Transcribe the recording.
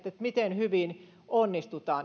miten hyvin onnistutaan